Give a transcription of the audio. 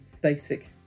basic